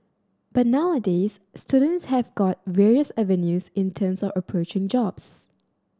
but nowadays students have got various avenues in terms of approaching jobs